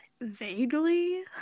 Vaguely